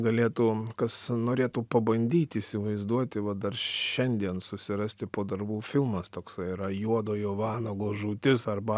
galėtų kas norėtų pabandyti įsivaizduoti vat dar šiandien susirasti po darbų filmas toksai yra juodojo vanago žūtis arba